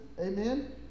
amen